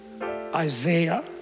Isaiah